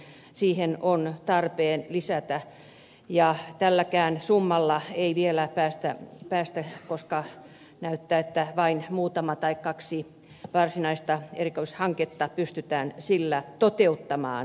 todella siihen on tarpeen lisätä ja tälläkään summalla ei vielä päästä tuloksiin koska näyttää siltä että vain kaksi varsinaista erikoishanketta pystytään sillä toteuttamaan